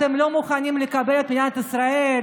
אתם לא מוכנים לקבל את מדינת ישראל,